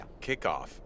kickoff